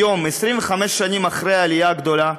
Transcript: היום, 25 שנים אחרי העלייה הגדולה,